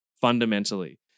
fundamentally